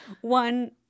one